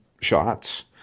shots